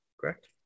Correct